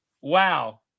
Wow